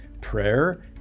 prayer